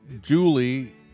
Julie